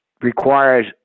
requires